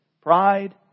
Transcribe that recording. pride